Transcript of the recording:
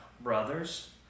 brothers